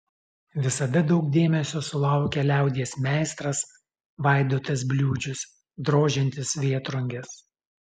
visada daug dėmesio sulaukia liaudies meistras vaidotas bliūdžius drožiantis vėtrunges